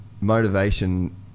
motivation